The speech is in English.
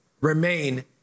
Remain